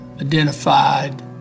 identified